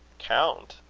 count?